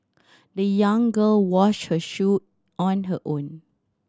the young girl washed her shoe on her own